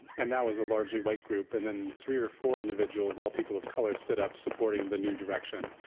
and that was a largely white group, and then three or four individuals all people of color stood up supporting the new direction.